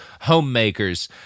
homemakers